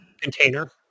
container